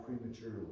prematurely